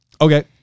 Okay